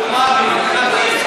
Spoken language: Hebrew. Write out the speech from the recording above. מבחינת היישום,